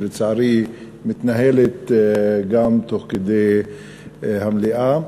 שלצערי מתנהלת גם תוך כדי המליאה.